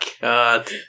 God